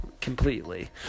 completely